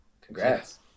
Congrats